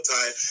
time